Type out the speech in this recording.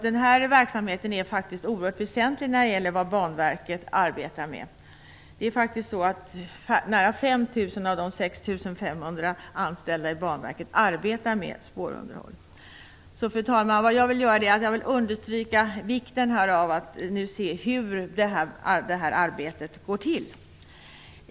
Spårunderhållet är faktiskt oerhört väsentligt i Banverkets verksamhet. Nära 5 000 av de 6 500 anställda i Banverket arbetar faktiskt med spårunderhåll. Fru talman! Jag vill understryka vikten av att se hur det arbetet går till.